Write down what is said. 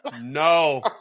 no